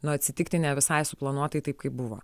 nu atsitikti ne visai suplanuotai taip kaip buvo